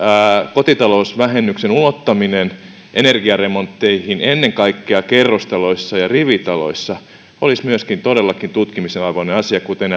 kotitalousvähennyksen ulottaminen energiaremontteihin ennen kaikkea kerrostaloissa ja rivitaloissa olisi myöskin todellakin tutkimisen arvoinen asia kuten